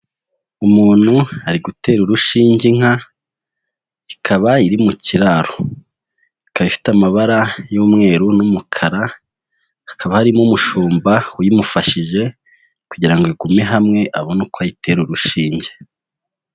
Umuntu ari gutera urushinge inka ikaba iri mu kiraro, ikaba ifite amabara y'umweru n'umukara hakaba harimo umushumba uyimufashije, kugira ngo igume hamwe abone uko ayitera urushinge.